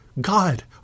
God